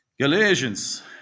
Galatians